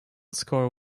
score